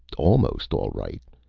almost all right.